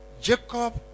Jacob